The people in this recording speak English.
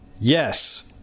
yes